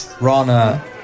Rana